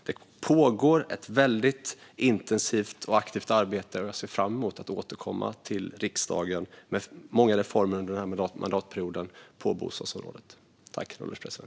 Det pågår ett intensivt och aktivt arbete, och jag ser fram emot att återkomma till riksdagen med många reformer på bostadsområdet under mandatperioden.